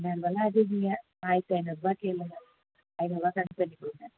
என்ன இருந்தாலும் அதிகங்க ஆயிரத்தி ஐநூறுபா கேளுங்க ஐநூறுபா கம்மி பண்ணி கொடுங்க